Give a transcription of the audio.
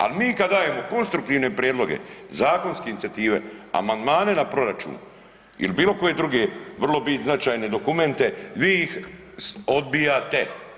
Al mi kad dajemo konstruktivne prijedloge, zakonske inicijative, amandmane na proračun ili bilo koje druge vrlo značajne dokumente vi ih odbijate.